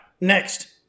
next